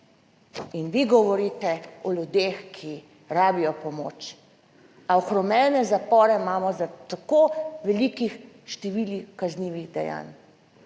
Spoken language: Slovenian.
In vi govorite o ljudeh, ki rabijo pomoč. A ohromljene zapore imamo za tako velikih številih kaznivih dejanj.